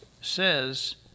says